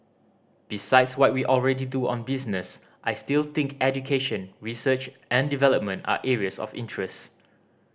besides what we already do on business I still think education research and development are areas of interest